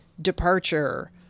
departure